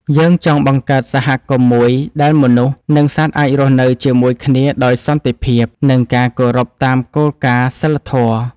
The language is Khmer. យើងចង់បង្កើតសហគមន៍មួយដែលមនុស្ស និងសត្វអាចរស់នៅជាមួយគ្នាដោយសន្តិភាព និងការគោរពតាមគោលការណ៍សីលធម៌។